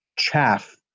Chaff